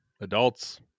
adults